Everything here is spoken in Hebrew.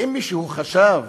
ואם מישהו חשב